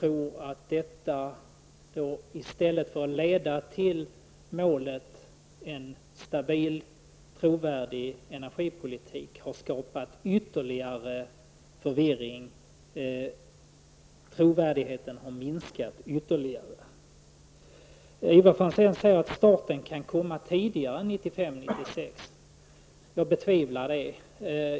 I stället för att leda till målet en stabil, trovärdig energipolitik tror jag att detta har skapat ytterligare förvirring. Trovärdigheten har också minskat. Ivar Franzén sade att starten kan komma tidigare än 1995/96. Det betvivlar jag.